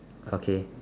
okay